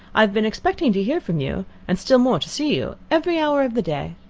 i have been expecting to hear from you, and still more to see you, every hour of the day.